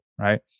right